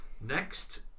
Next